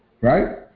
Right